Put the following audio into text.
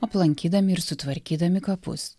aplankydami ir sutvarkydami kapus